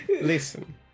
Listen